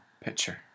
picture